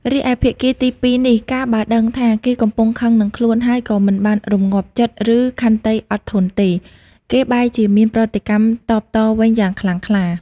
រីឯភាគីទីពីរនេះ កាលបើដឹងថា គេកំពុងខឹងនឹងខ្លួនហើយក៏មិនបានរំងាប់ចិត្ត ឬខន្តីអត់ធន់ទេ គេបែរជាមានប្រតិកម្មតបតវិញយ៉ាងខ្លាំងក្លា ។